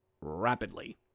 rapidly